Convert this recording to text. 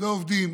ועובדים